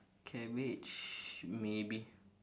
cabbage maybe